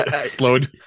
slowed